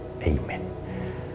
Amen